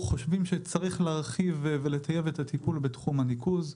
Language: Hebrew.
חושבים שצריך להרחיב ולטייב את הטיפול בתחום הניקוז.